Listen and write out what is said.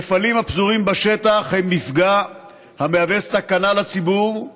הנפלים הפזורים בשטח הם מפגע המהווה סכנה לציבור,